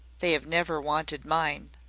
they have never wanted mine.